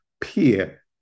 peer